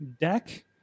deck